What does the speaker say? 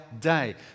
day